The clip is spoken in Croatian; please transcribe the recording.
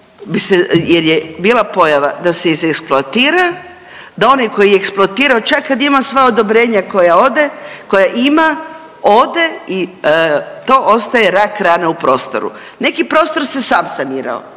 jer je bila pojava da se iz eksploatiraju da oni koji je eksploatirao čak kad ima sva odobrenja koja ima ode i to ostaje rak rana u prostoru. Neki prostor se sam sanirao,